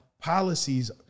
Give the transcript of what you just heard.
policies